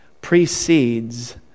precedes